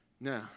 Now